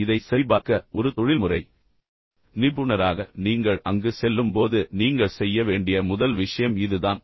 இதை சரிபார்க்க ஒரு தொழில்முறை நிபுணராக நீங்கள் அங்கு செல்லும்போது நீங்கள் செய்ய வேண்டிய முதல் விஷயம் இதுதான்